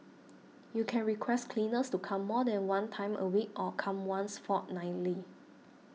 you can request cleaners to come more than one time a week or come once fortnightly